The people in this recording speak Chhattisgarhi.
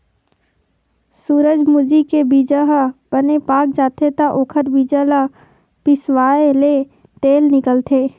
सूरजमूजी के बीजा ह बने पाक जाथे त ओखर बीजा ल पिसवाएले तेल निकलथे